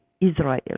Israel